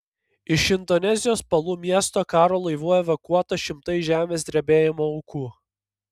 iš indonezijos palu miesto karo laivu evakuota šimtai žemės drebėjimo aukų